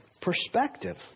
perspective